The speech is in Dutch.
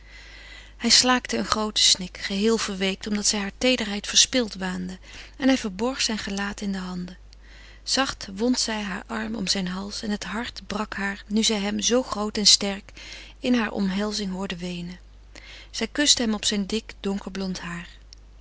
hij slaakte een grooten snik geheel verweekt omdat zij hare teederheid verspild waande en hij verborg zijn gelaat in de handen zacht wond zij haar arm om zijn hals en het hart brak haar nu zij hem zoo groot en sterk in hare omhelzing hoorde weenen zij kuste hem op zijn dik donkerblond haar